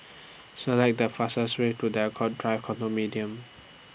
Select The fastest Way to Draycott Drive Condominium